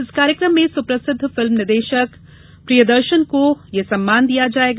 इस कार्यक्रम में सुप्रसिद्ध फिल्म निदेशक प्रियदर्शन को यह सम्मान दिया जायेगा